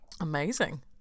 Amazing